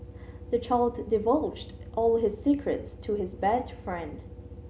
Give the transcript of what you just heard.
the child divulged all his secrets to his best friend